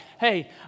hey